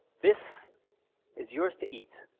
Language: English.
this is yours to eat.